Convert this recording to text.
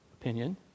opinion